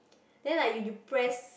then like you depress